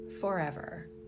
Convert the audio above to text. forever